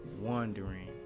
wondering